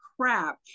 crap